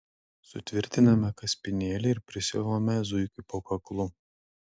sutvirtiname kaspinėlį ir prisiuvame zuikiui po kaklu